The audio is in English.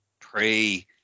pray